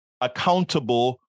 accountable